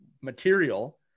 material